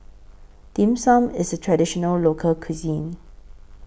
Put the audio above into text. Dim Sum IS A Traditional Local Cuisine